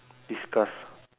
discuss